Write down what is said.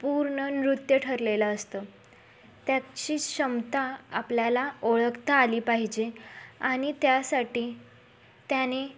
पूर्ण नृत्य ठरलेलं असतं त्याची क्षमता आपल्याला ओळखता आली पाहिजे आणि त्यासाठी त्याने